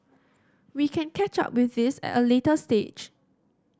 we can catch up with this at a later stage